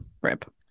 rip